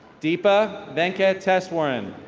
deepa vankan tesswarren.